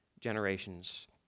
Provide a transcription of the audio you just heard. generations